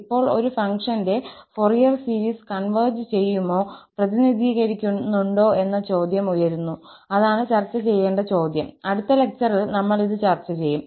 ഇപ്പോൾ ഒരു ഫംഗ്ഷന്റെ ഫോറിയർ സീരീസ് കൺവെർജ് ചെയ്യുമോ പ്രതിനിധീകരിക്കുന്നുണ്ടോ എന്ന ചോദ്യം ഉയരുന്നു അതാണ് ചർച്ച ചെയ്യേണ്ട ചോദ്യം അടുത്ത ലെക്ചറിൽ നമ്മൾ ഇത് ചർച്ച ചെയ്യും